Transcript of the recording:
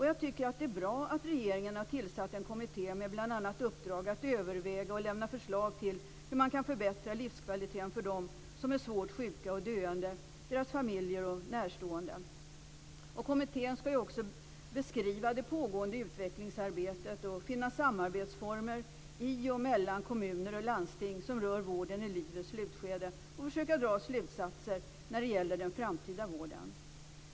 Jag tycker att det är bra att regeringen har tillsatt en kommitté med bl.a. uppdrag att överväga och lämna förslag till hur man kan förbättra livskvaliteten för dem som är svårt sjuka och döende, deras familjer och närstående. Kommittén skall också beskriva det pågående utvecklingsarbetet och finna samarbetsformer i och mellan kommuner och landsting som rör vården i livets slutskede och försöka dra slutsatser när det gäller den framtida vården.